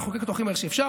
ונחוקק אותו הכי מהר שאפשר.